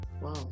Wow